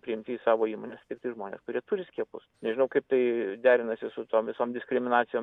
priimti į savo įmones tiktai žmones kurie turi skiepus nežinau kaip tai derinasi su tom visom diskriminacijom